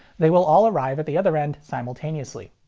they will all arrive at the other end simultaneously.